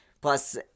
Plus